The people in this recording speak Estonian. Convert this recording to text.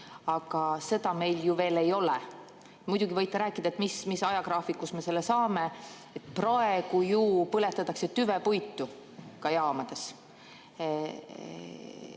aga seda meil ju veel ei ole. Muidugi võite rääkida, millise ajagraafiku kohaselt me selle saame. Praegu ju põletatakse tüvepuitu ka jaamades.